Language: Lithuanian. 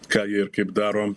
ką jie ir kaip daro